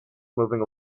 moving